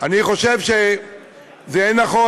אני חושב שיהיה נכון,